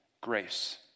grace